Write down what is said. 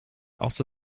also